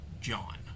John